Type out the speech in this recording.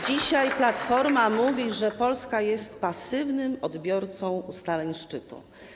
Dzisiaj Platforma mówi, że Polska jest pasywnym odbiorcą ustaleń szczytu.